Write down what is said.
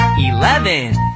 eleven